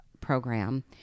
program